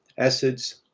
acids,